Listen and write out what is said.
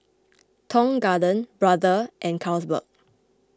Tong Garden Brother and Carlsberg